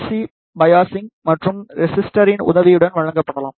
C biasing ரெஸிஸ்டரின் உதவியுடன் வழங்கப்படலாம்